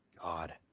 God